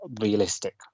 realistic